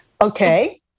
Okay